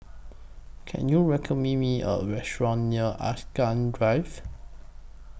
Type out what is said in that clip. Can YOU Me Me A Restaurant near Angsana Drive